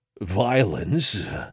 violence